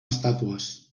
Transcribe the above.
estàtues